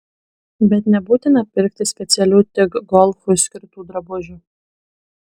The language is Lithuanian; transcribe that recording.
bet nebūtina pirkti specialių tik golfui skirtų drabužių